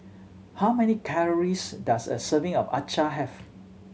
how many calories does a serving of acar have